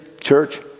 Church